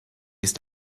ist